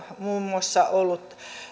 muun muassa olleet